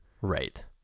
Right